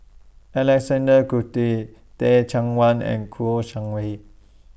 Alexander Guthrie Teh Cheang Wan and Kouo Shang Wei